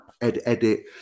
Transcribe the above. edit